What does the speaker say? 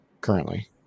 currently